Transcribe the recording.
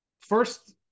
first